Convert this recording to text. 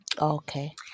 Okay